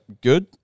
good